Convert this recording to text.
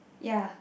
ya